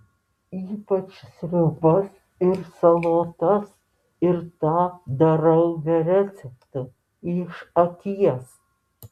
ypač sriubas ir salotas ir tą darau be receptų iš akies